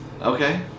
okay